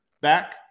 back